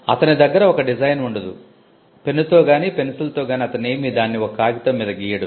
అతని దగ్గర ఒక డిజైన్ ఉండదు పెన్నుతో గానీ పెన్సిల్తో గానీ అతనేమి దాన్ని ఒక కాగితం మీద గీయడు